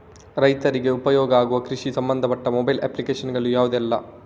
ರೈತರಿಗೆ ಉಪಯೋಗ ಆಗುವ ಕೃಷಿಗೆ ಸಂಬಂಧಪಟ್ಟ ಮೊಬೈಲ್ ಅಪ್ಲಿಕೇಶನ್ ಗಳು ಯಾವುದೆಲ್ಲ?